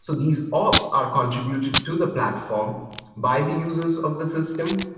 so these ops are contributed to the platform by the users of the system.